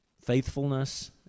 Faithfulness